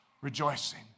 rejoicing